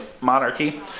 monarchy